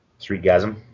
Streetgasm